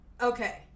Okay